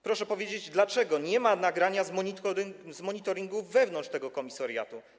Proszę powiedzieć, dlaczego nie ma nagrania z monitoringu wewnątrz tego komisariatu.